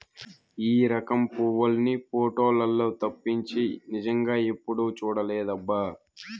ఈ రకం పువ్వుల్ని పోటోలల్లో తప్పించి నిజంగా ఎప్పుడూ చూడలేదబ్బా